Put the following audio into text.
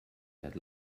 that